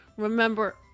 remember